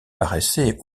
paraissait